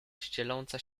ścieląca